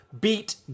beat